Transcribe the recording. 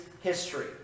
history